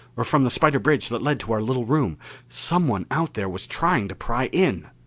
or from the spider bridge that led to our little room someone out there was trying to pry in!